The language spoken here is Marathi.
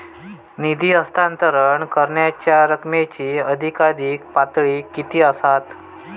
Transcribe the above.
निधी हस्तांतरण करण्यांच्या रकमेची अधिकाधिक पातळी किती असात?